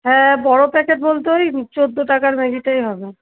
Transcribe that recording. হ্যাঁ বড়ো প্যাকেট বলতে ওই চোদ্দো টাকার ম্যাগিটাই হবে